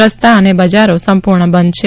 રસ્તા અને બજારો સંપૂર્ણ બંધ છે